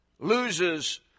Loses